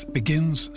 begins